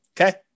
Okay